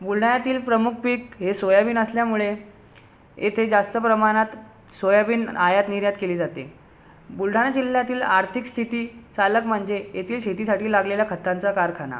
बुलढाण्यातील प्रमुख पिक हे सोयाबीन असल्यामुळे येथे जास्त प्रमाणात सोयाबीन आयात निर्यात केली जाते बुलढाणा जिल्ह्यातील आर्थिक स्थितीचालक म्हणजे येथील शेतीसाठी लागलेला खतांचा कारखाना